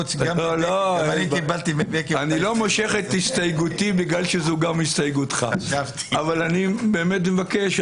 אני לא מושך את הסתייגותי בגלל שזו גם הסתייגותך אבל אני באמת מבקש,